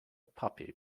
puppy